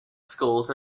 schools